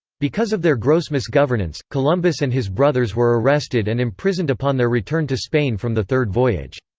because of their gross misgovernance, columbus and his brothers were arrested and imprisoned upon their return to spain from the third voyage.